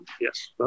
Yes